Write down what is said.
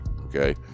okay